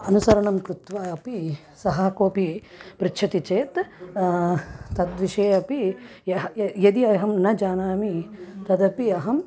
अनुसरणं कृत्वा अपि सः कोपि पृच्छति चेत् तद्विषये अपि यः य यदि अहं न जानामि तदपि अहं